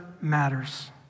matters